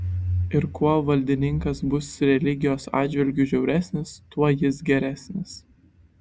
ir kuo valdininkas bus religijos atžvilgiu žiauresnis tuo jis geresnis